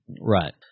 Right